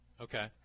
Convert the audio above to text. Okay